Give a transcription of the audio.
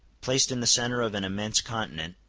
placed in the centre of an immense continent,